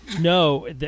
No